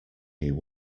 new